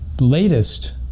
latest